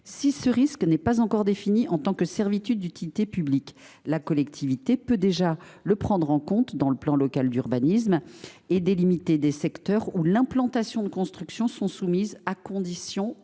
Si ce risque n’est pas encore défini en tant que servitude d’utilité publique, la collectivité peut déjà le prendre en compte dans le plan local d’urbanisme et délimiter des secteurs où l’implantation de constructions est soumise à conditions